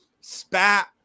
spat